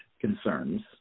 concerns